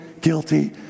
guilty